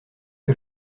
que